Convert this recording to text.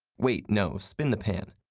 wait, no spin the pan.